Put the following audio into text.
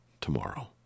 tomorrow